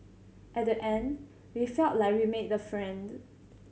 at the end we felt like we made the friends